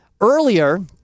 earlier